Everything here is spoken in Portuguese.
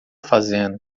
fazendo